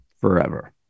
forever